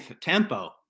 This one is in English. tempo